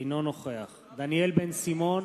אינו נוכח דניאל בן-סימון,